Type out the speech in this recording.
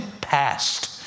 passed